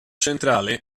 centrale